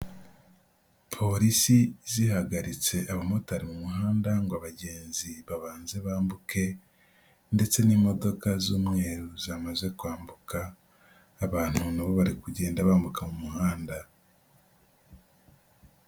Polisi zihagaritse abamotari mu muhanda ngo abagenzi babanze bambuke ndetse n'imodoka z'umweru zamaze kwambuka, abantu nabo bari kugenda bambuka mu muhanda.